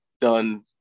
done